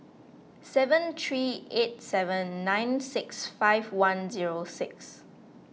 seven three eight seven nine six five one zero six